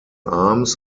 arms